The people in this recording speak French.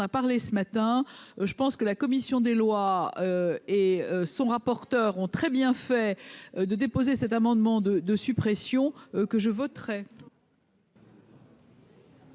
parlé ce matin, je pense que la commission des lois, et son rapporteur ont très bien fait de déposer cet amendement de de suppression que je voterai.